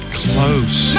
close